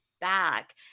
back